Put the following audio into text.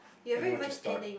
ending what you start